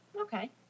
Okay